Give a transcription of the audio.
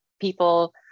people